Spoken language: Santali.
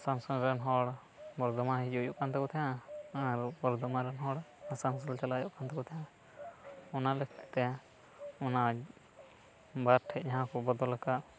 ᱟᱥᱟᱱᱥᱳᱞ ᱨᱮᱱ ᱦᱚᱲ ᱵᱚᱨᱫᱷᱚᱢᱟ ᱦᱤᱡᱩᱜ ᱦᱩᱭᱩᱜ ᱠᱟᱱ ᱛᱟᱠᱚ ᱛᱟᱦᱮᱸᱱᱟ ᱟᱨ ᱵᱚᱨᱫᱷᱚᱢᱟᱱ ᱨᱮᱱ ᱦᱚᱲ ᱟᱥᱟᱱᱥᱳᱞ ᱪᱟᱞᱟᱜ ᱦᱩᱭᱩᱜ ᱠᱟᱱ ᱛᱟᱠᱚ ᱛᱟᱦᱮᱸᱱᱟ ᱚᱱᱟ ᱞᱟᱹᱜᱤᱫ ᱛᱮ ᱚᱱᱟ ᱵᱟᱨ ᱴᱷᱮᱡ ᱡᱟᱦᱟᱸ ᱠᱚ ᱵᱚᱫᱚᱞ ᱟᱠᱟᱫ